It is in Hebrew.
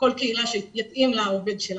קהילה שיתאים לה העובד שלה.